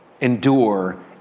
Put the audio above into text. endure